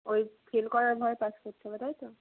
ওই ফেল করার ভয়ে পাশ করতে হবে তাই তো